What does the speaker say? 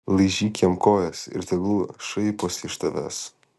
laižyk jam kojas ir tegul šaiposi iš tavęs